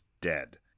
dead